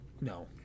No